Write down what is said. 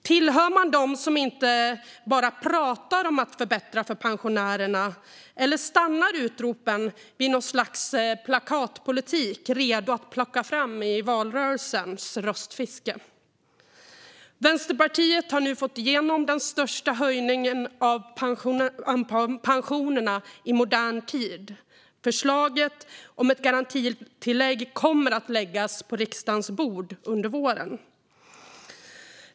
Tillhör man dem som inte bara pratar om att förbättra för pensionärerna, eller stannar utropen vid något slags plakatpolitik, redo att plocka fram i valrörelsens röstfiske? Vänsterpartiet har nu fått igenom den största höjningen av pensionerna i modern tid. Förslaget om ett garantitillägg kommer att läggas på riksdagens bord under våren.